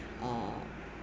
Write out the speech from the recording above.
are